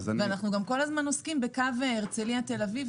אנחנו גם כל הזמן עוסקים בקווים של הרצלייה ותל אביב,